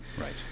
Right